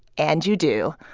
and you do.